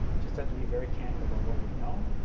just have to be very candid about what we know.